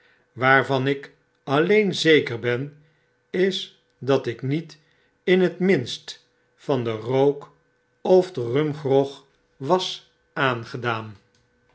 waarvan ik alleen zeker ben is dat ik niet in het minstvanden rook of den rumgrog was aangedaan